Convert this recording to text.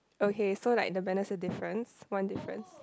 okay so like the banner's a difference one difference